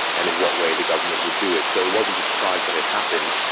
and in what way the government would do it. so it wasn't a surprise when it happened.